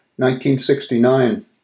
1969